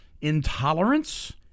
intolerance